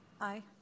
Aye